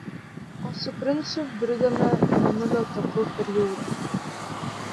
o su princu bridome mėnulio taku per jūrą